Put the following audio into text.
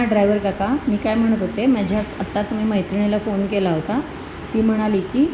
हं ड्रायवरकाका मी काय म्हणत होते माझ्यास आत्ताच मी मैत्रिणाला फोन केला होता ती म्हणाली की